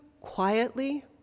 quietly